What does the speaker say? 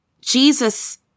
Jesus